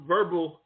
Verbal